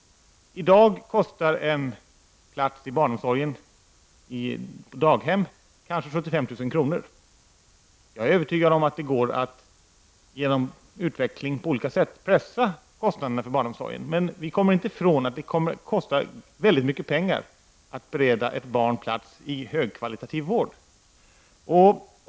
För närvarande kostar en plats i barnomsorgen på daghem kanske 75 000 kr. per år. Jag är övertygad om att det går att genom utveckling på olika sätt pressa kostnaderna för barnomsorgen, men vi kommer inte ifrån att det kommer att kosta mycket pengar att bereda ett barn plats i högkvalitativ vård.